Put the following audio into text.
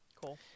cool